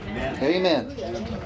Amen